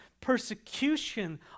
persecution